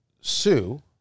Sue